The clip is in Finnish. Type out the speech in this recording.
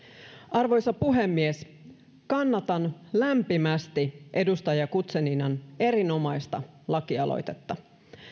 arvoisa puhemies kannatan lämpimästi edustaja guzeninan erinomaista lakialoitetta